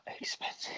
expensive